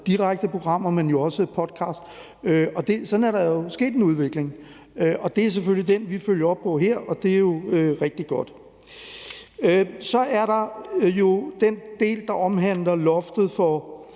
direkte programmer, men jo også podcast – og sådan er der jo sket en udvikling. Det er selvfølgelig den, vi følger op på her, og det er jo rigtig godt. Så er der jo den del, der omhandler loftet for